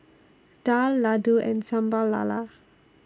Daal Laddu and Sambal Lala